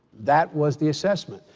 that was the assessment.